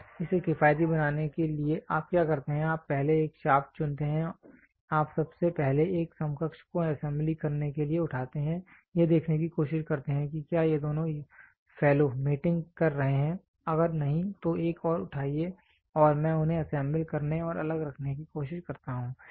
और इसे किफायती बनाने के लिए आप क्या करते हैं आप पहले एक शाफ्ट चुनते हैं आप सबसे पहले एक समकक्ष को असेम्बली करने के लिए उठाते हैं और यह देखने की कोशिश करते हैं कि क्या ये दोनों फेलो मेंटिंग कर रहे हैं अगर नहीं तो एक और उठाइए और मैं उन्हें असेंबल करने और अलग रखने की कोशिश करता हूं